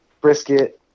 brisket